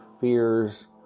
Fears